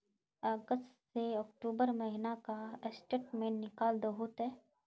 अगस्त से अक्टूबर महीना का स्टेटमेंट निकाल दहु ते?